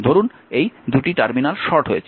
ধরুন এই 2টি টার্মিনাল শর্ট হয়েছে